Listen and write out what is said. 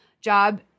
job